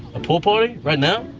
a pool party? right now?